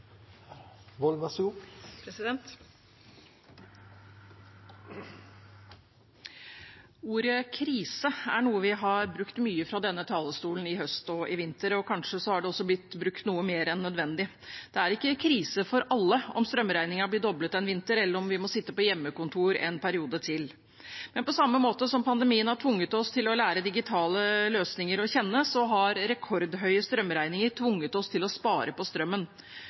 i vinter, og kanskje er det også blitt brukt noe mer enn nødvendig. Det er ikke krise for alle om strømregningen blir doblet en vinter, eller om vi må sitte på hjemmekontor en periode til. Men på samme måte som pandemien har tvunget oss til å lære digitale løsninger å kjenne, har rekordhøye strømregninger tvunget oss til å spare på strømmen.